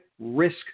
Risk